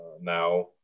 Now